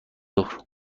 است